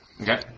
Okay